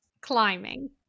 climbing